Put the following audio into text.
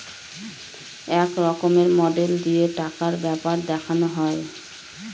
এক রকমের মডেল দিয়ে টাকার ব্যাপার দেখানো হয়